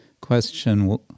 question